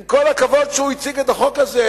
עם כל הכבוד לזה שהוא הציג את החוק הזה,